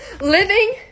living